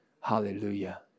Hallelujah